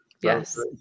yes